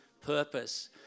purpose